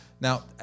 Now